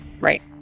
Right